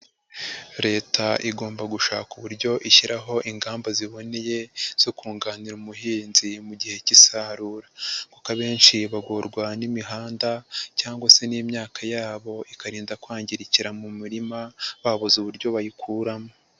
Leta igomba gushaka uburyo ishyiraho ingamba ziboneye zo kunganira umuhinzi mu gihe cy'isarura, kuko abenshi bagorwa n'imihanda cyangwa se n'imyaka yabo ikarinda kwangirikira mu mirima babuze uburyo bayikuramo.